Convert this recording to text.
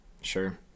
Sure